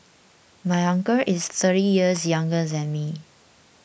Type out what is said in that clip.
my uncle is thirty years younger than me